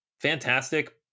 Fantastic